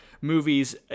movies